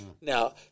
Now